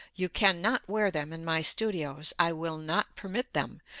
you cannot wear them in my studios. i will not permit them,